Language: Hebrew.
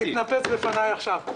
מה שראיתי משם מתנפץ בפניי עכשיו,